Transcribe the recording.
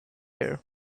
air